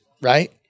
right